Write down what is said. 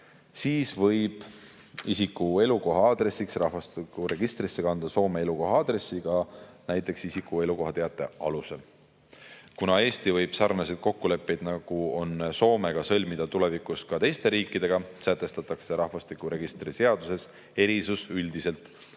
siis võib isiku elukoha aadressiks rahvastikuregistrisse kanda Soome elukoha aadressi näiteks isiku elukohateate alusel. Kuna Eesti võib sarnaseid kokkuleppeid, nagu on Soomega, sõlmida tulevikus ka teiste riikidega, sätestatakse rahvastikuregistri seaduses erisus üldiselt.